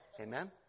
Amen